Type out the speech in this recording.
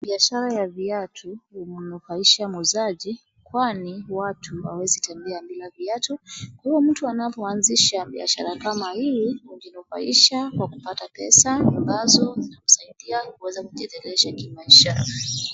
Biashara ya viatu inanufaisha muuzaji kwani watu hawaezi tembea bila viatu. Huu mtu anapoazisha biashara kama hii hujinufaisha kwa kupata pesa ambazo zinamsaidia kuweza kujiendelesha ki maisha.